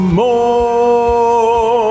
more